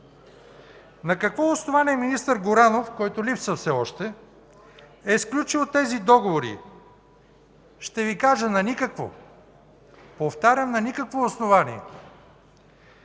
На какво основание министър Горанов, който липсва все още, е сключвал тези договори? Ще Ви кажа: на никакво. Повтарям – на никакво основание.